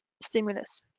stimulus